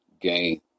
game